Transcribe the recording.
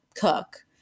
cook